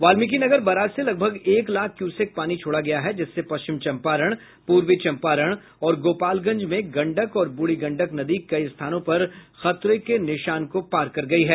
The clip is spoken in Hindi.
वाल्मिकी नगर बराज से लगभग एक लाख क्यूसेक पानी छोड़ा गया है जिससे पश्चिम चंपारण पूर्वी चंपारण और गोपालगंज में गंडक और बूढ़ी गंडक नदी कई स्थानों पर खतरे के निशान को पार कर गयी है